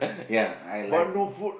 ya I like